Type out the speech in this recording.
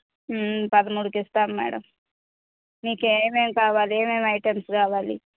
పదమూడుకిస్తాము madam మీకు ఏమేమి కావాలి ఏమేమి ఐటమ్స్ కావాలి